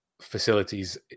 facilities